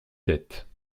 tête